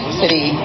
city